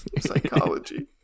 Psychology